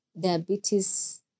diabetes